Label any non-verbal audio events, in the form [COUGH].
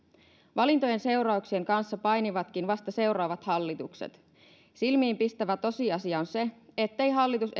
valintojen seurauksien kanssa painivatkin vasta seuraavat hallitukset silmiinpistävä tosiasia on se ettei hallitus [UNINTELLIGIBLE]